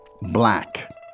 Black